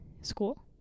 school